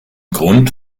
grund